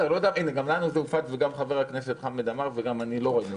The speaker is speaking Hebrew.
גם לנו זה הופץ וגם חבר הכנסת חמד עמאר וגם אני לא ראינו.